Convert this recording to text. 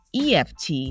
EFT